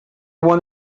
one